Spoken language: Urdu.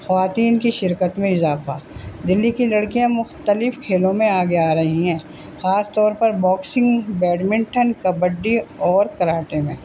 خواتین کی شرکت میں اضافہ دہلی کی لڑکیاں مختلف کھیلوں میں آگے آ رہی ہیں خاص طور پر باکسنگ بیڈمنٹن کبڈی اور کراٹے میں